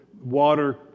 water